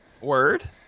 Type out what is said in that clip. Word